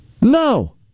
No